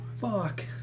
Fuck